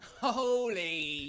Holy